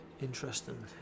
Interesting